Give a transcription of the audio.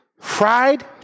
Fried